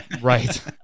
Right